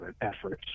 efforts